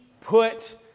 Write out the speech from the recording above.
put